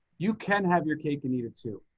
you can have your cake and eat it too.